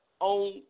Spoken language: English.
on